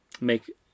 Make